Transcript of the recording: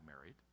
married